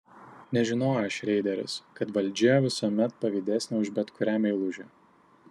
nežinojo šreideris kad valdžia visuomet pavydesnė už bet kurią meilužę